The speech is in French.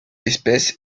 espèce